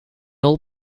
all